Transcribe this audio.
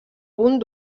punt